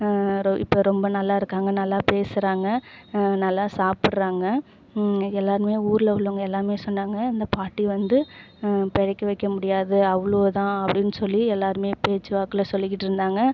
ரொ இப்போ ரொம்ப நல்லா இருக்காங்க நல்லா பேசுகிறாங்க நல்லா சாப்பிட்றாங்க எல்லோருமே ஊரில் உள்ளவங்க எல்லோருமே சொன்னாங்க இந்தப் பாட்டி வந்து பிழைக்க வைக்க முடியாது அவ்வளோதான் அப்படின்னு சொல்லி எல்லோருமே பேச்சுவாக்கில் சொல்லிக்கிட்டிருந்தாங்க